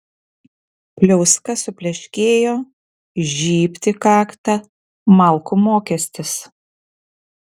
pliauska supleškėjo žybt į kaktą malkų mokestis